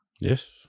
Yes